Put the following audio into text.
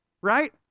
Right